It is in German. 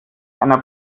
einer